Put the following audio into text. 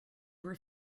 were